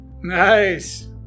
Nice